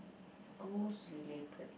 ghost related